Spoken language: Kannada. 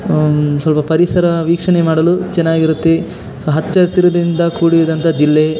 ಸ್ವಲ್ಪ ಪರಿಸರ ವೀಕ್ಷಣೆ ಮಾಡಲು ಚೆನ್ನಾಗಿರುತ್ತೆ ಹಚ್ಚ ಹಸಿರಿನಿಂದ ಕೂಡಿದಂಥ ಜಿಲ್ಲೆ